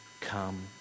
come